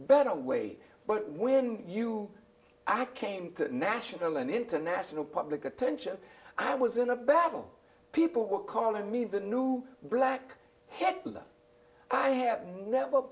better way but when you i came to national and international public attention i was in a battle people were calling me the new black heckler i have never